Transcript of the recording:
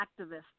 activists